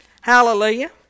Hallelujah